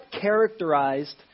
characterized